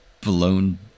blown